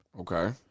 Okay